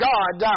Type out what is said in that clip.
God